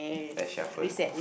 let's shuffle